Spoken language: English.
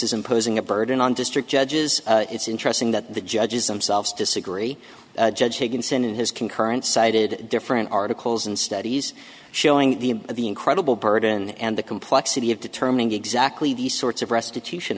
is imposing a burden on district judges it's interesting that the judges themselves disagree judge higginson in his concurrence cited different articles and studies showing the end of the incredible burden and the complexity of determining exactly the sorts of restitution